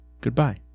Goodbye